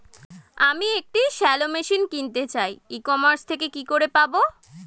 আমি একটি shallow machine কিনতে চাই ই কমার্স থেকে কি করে পাবো?